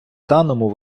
даному